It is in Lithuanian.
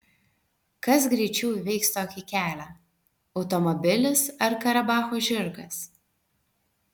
kas greičiau įveiks tokį kelią automobilis ar karabacho žirgas